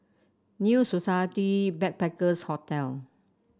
New Society Backpackers' Hotel